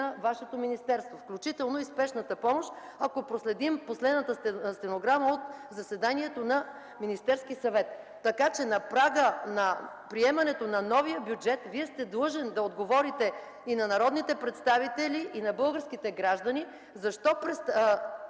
на Вашето министерство, включително и спешната помощ, ако проследим последната стенограма от заседанието на Министерския съвет. На прага на приемането на новия бюджет Вие сте длъжен да отговорите и на народните представители, и на българските граждани за